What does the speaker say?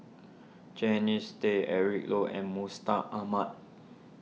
Jannies Tay Eric Low and Mustaq Ahmad